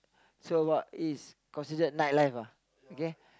so got is considered nightlife ah okay